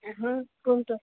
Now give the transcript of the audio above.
ହଁ କୁହନ୍ତୁ